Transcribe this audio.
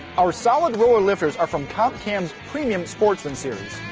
our solid roller lifters are from comp cam's premium sportsman series.